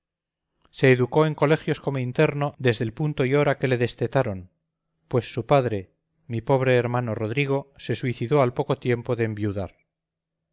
se educó en colegios como interno desde el punto y hora que le destetaron pues su padre mi pobre hermano rodrigo se suicidó al poco tiempo de enviudar